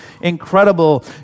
incredible